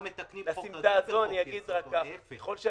לא מתקנים חוק רגיל בחוק יסוד או להיפך.